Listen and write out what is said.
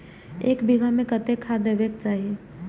एक बिघा में कतेक खाघ देबाक चाही?